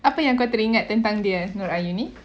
apa yang kau teringat tentang dia nooraini